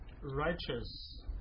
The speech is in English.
righteous